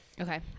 Okay